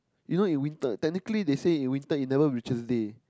you know in winter technically they say in winter it never reaches day